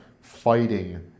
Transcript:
fighting